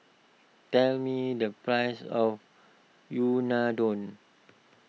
tell me the price of Unadon